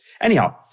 Anyhow